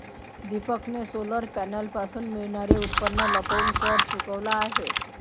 दीपकने सोलर पॅनलपासून मिळणारे उत्पन्न लपवून कर चुकवला आहे